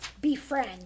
befriend